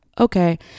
okay